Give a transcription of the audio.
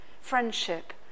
friendship